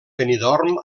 benidorm